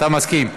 אתה מסכים.